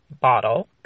bottle